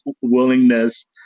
willingness